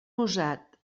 usat